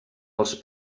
als